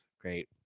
Great